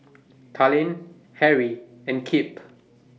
Talen Harry and Kip